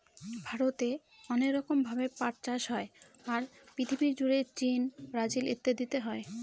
ভারতে অনেক রকম ভাবে পাট চাষ হয়, আর পৃথিবী জুড়ে চীন, ব্রাজিল ইত্যাদিতে হয়